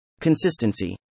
Consistency